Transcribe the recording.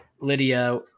Lydia